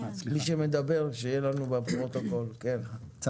כמו